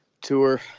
tour